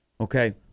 okay